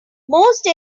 most